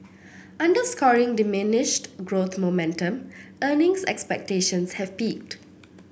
underscoring diminished growth momentum earnings expectations have peaked